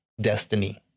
destiny